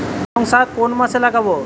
পালংশাক কোন মাসে লাগাব?